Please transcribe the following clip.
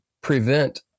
prevent